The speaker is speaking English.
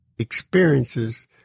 experiences